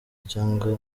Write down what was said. cyangwa